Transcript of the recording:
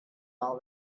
all